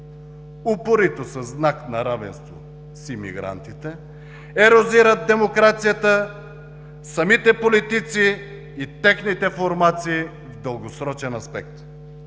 упорито със знак на равенство с имигрантите, ерозира демокрацията, самите политици и техните формации в дългосрочен аспект.